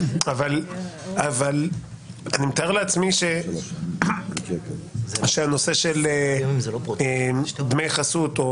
אבל אני מתאר לעצמי שהנושא של דמי חסות או